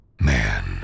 man